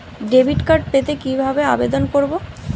Debit card পেতে কি ভাবে আবেদন করব?